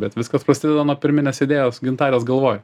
bet viskas prasideda nuo pirminės idėjos gintarės galvoj